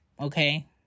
Okay